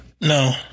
No